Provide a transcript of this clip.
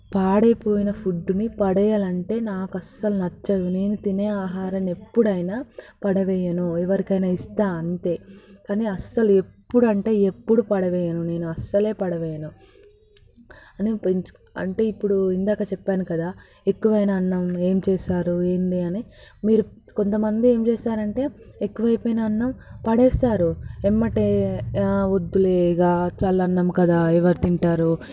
పాడైపోయిన ఫుడ్డుని పడేయాలంటే నాకు అస్సలు నచ్చదు నేను తినే ఆహారం ఎప్పుడైనా పడవేయను ఎవరికైనా ఇస్తాను అంతే కానీ అసలు ఎప్పుడంటే ఎప్పుడు పడవేయను నేను అస్సలే పడవేయను అని పెంచు అంటే ఇప్పుడు ఇందాక చెప్పాను కదా ఎక్కువైనా అన్నం ఏం చేస్తారు ఏంది అని మీరు కొంతమంది ఏం చేస్తారంటే ఎక్కువైపోయినా అన్నం పడేస్తారు వెంటనే వద్దులే ఇక చద్దన్నం కదా ఎవరు తింటారు